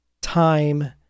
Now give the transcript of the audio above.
time